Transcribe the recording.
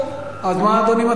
מה אדוני מציע?